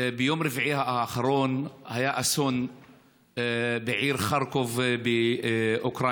ביום רביעי האחרון היה אסון בעיר חרקוב באוקראינה: